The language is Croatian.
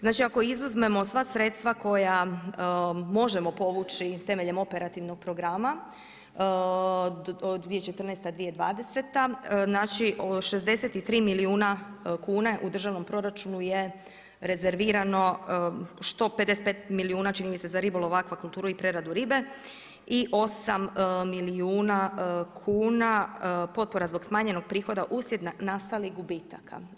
Znači ako izuzmemo sva sredstva koja možemo povući temeljem operativnog proračuna 2014.-2020. znači 63 milijuna kuna u državnom proračunu je rezervirano što 55 milijuna čini mi se za ribolov, akvakulturu i preradu ribe i 8 milijuna kuna potpora zbog smanjenog prihoda uslijed nastalih gubitaka.